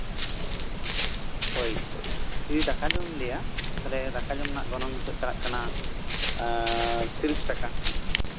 ᱦᱳᱭ ᱡᱚᱫᱤ ᱫᱟᱠᱟ ᱡᱚᱢ ᱞᱟᱹᱭᱟ ᱛᱟᱦᱚᱞᱮ ᱫᱟᱠᱟ ᱡᱚᱢ ᱨᱮᱱᱟᱜ ᱜᱚᱱᱚᱝ ᱱᱤᱛᱚᱜ ᱪᱟᱞᱟᱜ ᱠᱟᱱᱟ ᱛᱤᱨᱤᱥ ᱴᱟᱠᱟ